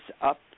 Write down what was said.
up